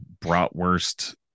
bratwurst